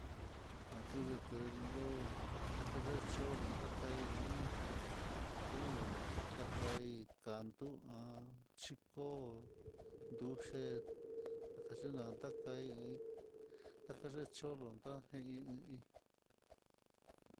Nakuyo teluu, telencholo ta'á kai'í ti'ú ta kai hi katu ha'a xhiko nduxe, kaxhi na takai takanen cholon ndá í.